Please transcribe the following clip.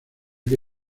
que